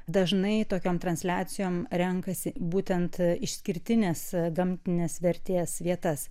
dažnai tokiom transliacijom renkasi būtent išskirtinės gamtinės vertės vietas